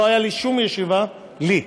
לא הייתה לי שום ישיבה, לי,